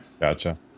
Gotcha